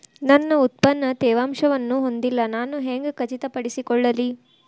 ನನ್ನ ಉತ್ಪನ್ನ ತೇವಾಂಶವನ್ನು ಹೊಂದಿಲ್ಲಾ ನಾನು ಹೆಂಗ್ ಖಚಿತಪಡಿಸಿಕೊಳ್ಳಲಿ?